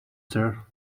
sir